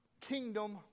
kingdom